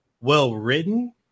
well-written